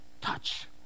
Touch